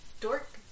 dork